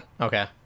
Okay